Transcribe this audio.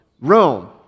Rome